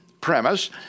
premise